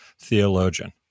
theologian